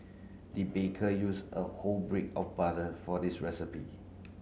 the baker use a whole break of butter for this recipe